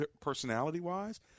personality-wise